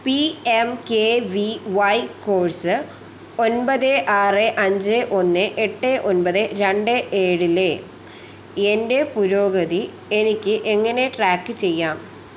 P M K V Y course ഒൻപത് ആറ് അഞ്ച് ഒന്ന് എട്ട് ഒൻപത് രണ്ട് ഏഴിലെ എന്റെ പുരോഗതി എനിക്ക് എങ്ങനെ ട്രാക്ക് ചെയ്യാം